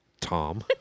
Tom